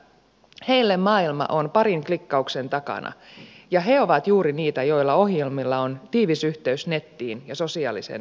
heille maailma on parin klikkauksen takana ja he ovat juuri niitä joille ohjelmilla on tiivis yhteys nettiin ja sosiaaliseen mediaan